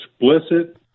explicit